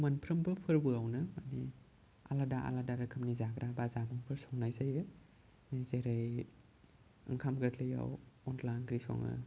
मोनफ्रोमबो फोरबोआवनो मानि आलादा आलादा रोखोमनि जाग्रा बा जामुफोर संनाय जायो जेरै ओंखाम गोरलैआव अनला ओंख्रि सङो